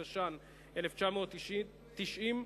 התש"ן-1990,